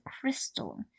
Crystal